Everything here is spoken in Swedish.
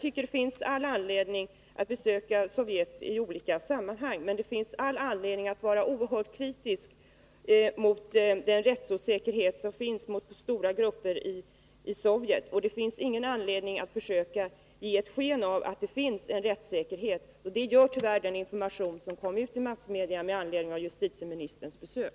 Det finns all anledning att besöka Sovjet i olika sammanhang, men det finns också all anledning att vara oerhört kritisk mot den rättsosäkerhet som finns för stora grupper där. Det finns ingen anledning att försöka ge sken av att det finns en rättssäkerhet i Sovjet. Det gör tyvärr den information som gavs i massmedia med anledning av justitieministerns besök.